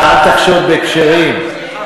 אל תחשוד בכשרים.